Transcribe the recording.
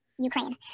Ukraine